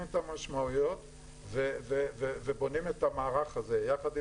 את המשמעויות ובונים את המערך הזה ביחד,